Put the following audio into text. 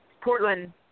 Portland